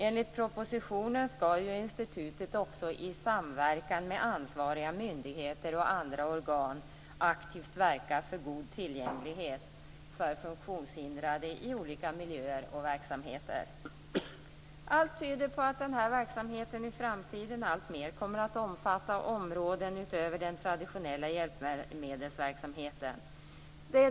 Enligt propositionen skall ju institutet också i samverkan med ansvariga myndigheter och andra organ aktivt verka för god tillgänglighet för funktionshindrade i olika miljöer och verksamheter. Allt tyder på att den här verksamheten i framtiden alltmer kommer att omfatta områden utöver den traditionella hjälpmedelsverksamheten.